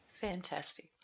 Fantastic